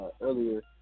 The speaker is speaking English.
earlier